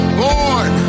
born